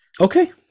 Okay